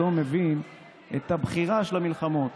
לא מבין את הבחירה של המלחמות.